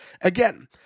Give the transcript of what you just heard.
Again